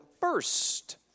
first